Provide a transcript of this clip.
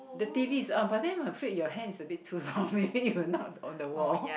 the t_v is on but then I'm afraid your hand is a bit too long maybe you will knock on the wall